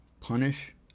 punish